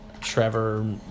Trevor